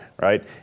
right